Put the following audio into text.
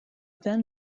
then